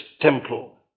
temple